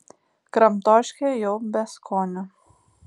kramtoškė jau be skonio